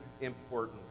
important